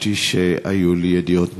הדגשתי שהיו לי ידיעות מודיעיניות,